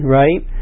right